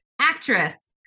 actress